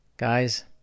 Guys